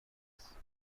است